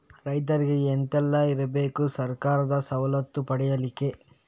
ರೈತರಿಗೆ ಎಂತ ಎಲ್ಲ ಇರ್ಬೇಕು ಸರ್ಕಾರದ ಸವಲತ್ತು ಪಡೆಯಲಿಕ್ಕೆ?